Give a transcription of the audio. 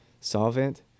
solvent